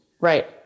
Right